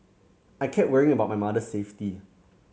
I kept worrying about my mother safety